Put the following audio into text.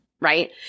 right